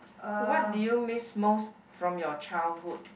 what do you miss most from you childhood